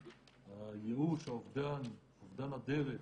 הייאוש, אובדן הדרך,